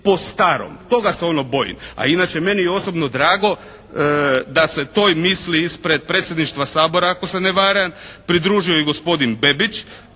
po starom, toga se ono bojim. A inače meni je osobno drago da se toj misli ispred Predsjedništva Sabora ako se ne varam pridružuje i gospodin Bebić.